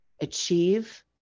achieve